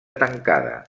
tancada